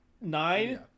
nine